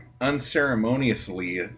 unceremoniously